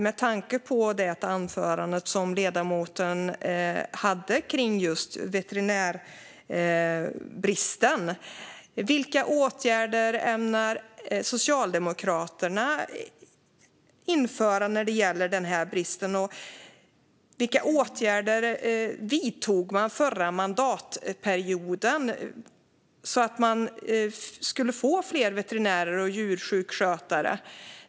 Med tanke på det anförande som ledamoten höll kring just veterinärbristen vill jag fråga: Vilka åtgärder ämnar Socialdemokraterna införa när det gäller denna brist? Och vilka åtgärder vidtog man under förra mandatperioden för att man skulle få fler veterinärer och djursjukskötare?